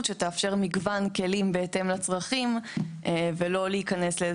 שתאפשר מגוון כלים בהתאם לצרכים ולא להיכנס לאיזה